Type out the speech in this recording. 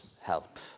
help